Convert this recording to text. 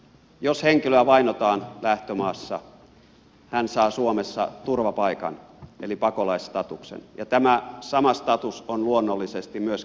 jos henkilöä vainotaan lähtömaassa hän saa suomessa turvapaikan eli pakolaisstatuksen ja tämä sama status on luonnollisesti myös kiintiöpakolaisilla